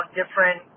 different